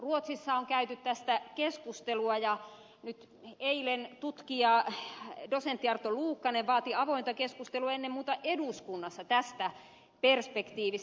ruotsissa on käyty tästä keskustelua ja eilen tutkija dosentti arto luukkanen vaati avointa keskustelua ennen muuta eduskunnassa tästä perspektiivistä